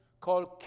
called